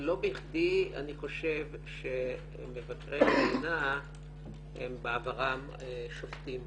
ולא בכדי אני חושב שמבקרי המדינה הם בעברם שופטים.